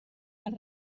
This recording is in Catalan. els